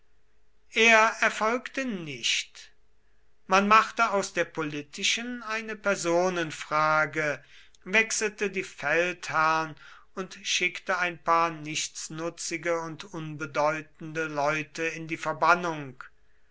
er erfolgte nicht man machte aus der politischen eine personenfrage wechselte die feldherren und schickte ein paar nichtsnutzige und unbedeutende leute in die verbannung